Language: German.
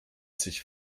sich